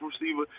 receiver